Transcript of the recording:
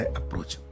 approach